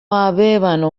avevano